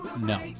No